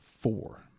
four